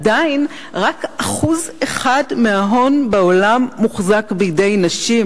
עדיין רק 1% מההון בעולם מוחזק בידי נשים.